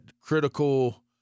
critical